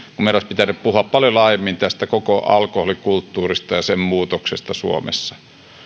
olisi pitänyt puhua paljon laajemmin tästä koko alkoholikulttuurista ja sen muutoksesta suomessa